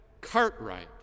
Cartwright